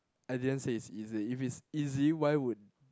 I didn't say it's easy if it's easy why would